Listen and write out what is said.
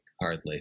hardly